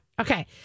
okay